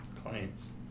Clients